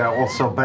also, but